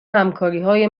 همکاریهای